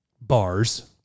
Bars